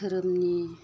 धोरोमनि